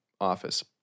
office